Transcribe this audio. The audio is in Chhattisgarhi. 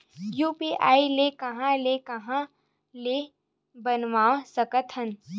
यू.पी.आई ल कहां ले कहां ले बनवा सकत हन?